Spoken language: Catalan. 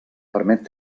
permet